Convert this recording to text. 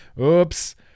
Oops